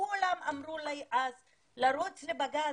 כולן אמרו לי אז לרוץ לבג"ץ,